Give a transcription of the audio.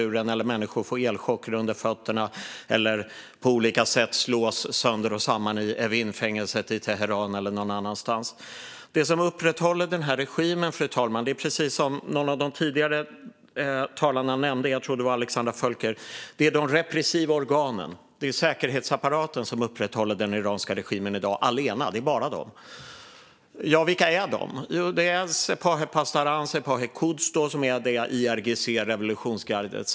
De är trötta på att se människor få elchocker under fötterna eller på olika sätt slås sönder och samman i Evinfängelset i Teheran eller någon annanstans. Precis som någon av de föregående talarna nämnde - jag tror att det var Alexandra Völker - är det de repressiva organen som upprätthåller regimen, fru talman. Det är säkerhetsapparaten allena som upprätthåller den iranska regimen i dag - bara den. Och vilka är då dessa organ? Ja, det är Sepah-e Pasdaran och Sepah-e Quds, som alltså är IRGC, revolutionsgardet.